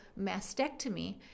mastectomy